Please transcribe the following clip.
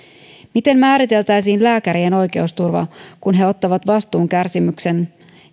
miten määriteltäisiin lääkärien oikeusturva kun he ottavat vastuun kärsimyksen